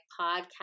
podcast